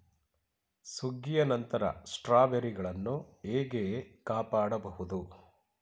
ಸುಗ್ಗಿಯ ನಂತರ ಸ್ಟ್ರಾಬೆರಿಗಳನ್ನು ಹೇಗೆ ಕಾಪಾಡ ಬಹುದು?